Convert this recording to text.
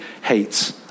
hates